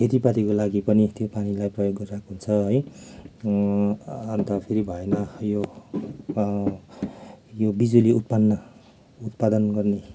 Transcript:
खेतीपातीको लागि पनि त्यो पानीलाई प्रयोग गरिरहेको हुन्छ है अन्त फेरि भएन यो यो बिजुली उत्पन्न उत्पादन गर्ने